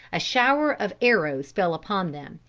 a shower of arrows fell upon them,